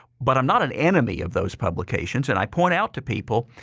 but i'm not an enemy of those publications and i point out to people